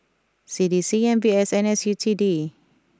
C D C M B S and S U T D